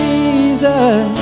Jesus